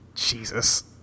Jesus